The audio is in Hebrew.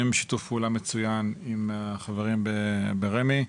בשיתוף פעולה מצוין עם החברים ברמ"י,